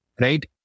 right